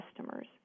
customers